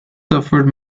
suffered